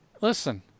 Listen